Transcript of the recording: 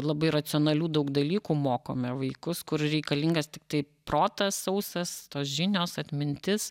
labai racionalių daug dalykų mokome vaikus kur reikalingas tiktai protas sausas tos žinios atmintis